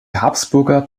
habsburger